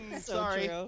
Sorry